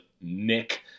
Nick